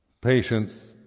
Patience